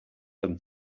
them